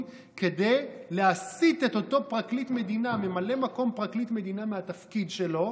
כדי להסיט את אותו ממלא מקום פרקליט מדינה מהתפקיד שלו,